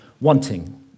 wanting